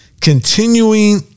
Continuing